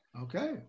Okay